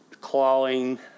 clawing